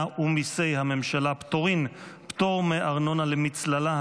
ומיסי הממשלה (פטורין) (פטור מארנונה למצללה),